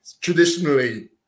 traditionally